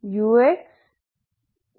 ayg2 uy